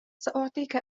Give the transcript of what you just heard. سأعطيك